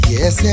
Yes